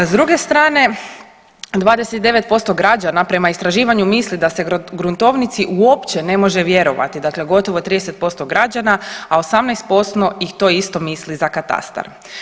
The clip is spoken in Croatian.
S druge strane 29% građana prema istraživanju misli da se gruntovnici uopće ne može vjerovati, dakle gotovo 30% građana, a 18% ih to isto misli za katastar.